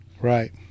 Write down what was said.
Right